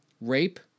Rape